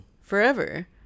forever